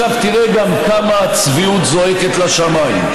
עכשיו תראה גם כמה הצביעות זועקת לשמיים.